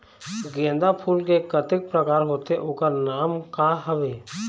गेंदा फूल के कतेक प्रकार होथे ओकर नाम का हवे?